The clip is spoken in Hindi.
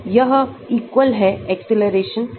यह acceleration है